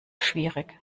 schwierig